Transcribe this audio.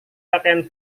pakaian